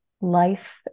life